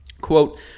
Quote